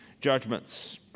judgments